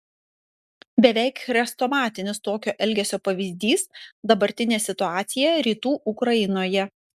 beveik chrestomatinis tokio elgesio pavyzdys dabartinė situacija rytų ukrainoje